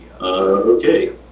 okay